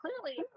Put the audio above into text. clearly